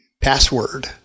password